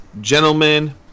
gentlemen